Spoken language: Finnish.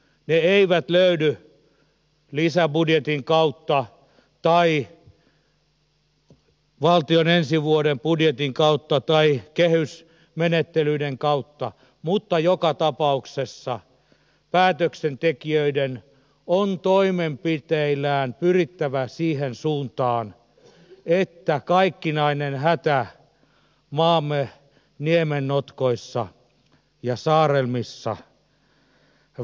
ne eivät löydy lisäbudjetin kautta tai valtion ensi vuoden budjetin kautta tai kehysmenettelyiden kautta mutta joka tapauksessa päätöksentekijöiden on toimenpiteillään pyrittävä siihen suuntaan että kaikkinainen hätä maamme niemennotkoissa ja saarelmissa vähenisi